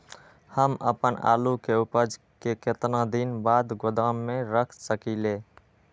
हम अपन आलू के ऊपज के केतना दिन बाद गोदाम में रख सकींले?